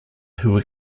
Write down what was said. who